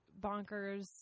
bonkers